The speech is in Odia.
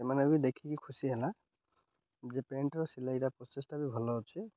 ସେମାନେ ବି ଦେଖିକି ଖୁସି ହେଲା ଯେ ପ୍ୟାଣ୍ଟ୍ର ସିଲେଇଟା ପ୍ରୋସେସ୍ଟା ବି ଭଲ ଅଛି